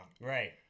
Right